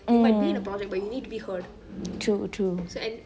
mm true true